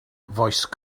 voice